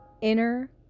inner